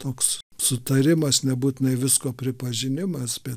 toks sutarimas nebūtinai visko pripažinimas bet